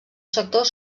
sector